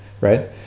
right